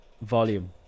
volume